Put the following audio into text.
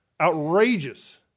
outrageous